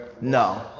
No